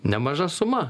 nemaža suma